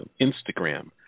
Instagram